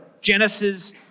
Genesis